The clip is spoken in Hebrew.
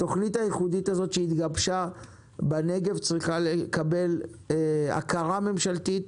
התוכנית הייחודית הזאת שהתגבשה בנגב צריכה לקבל הכרה ממשלתית,